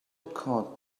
caught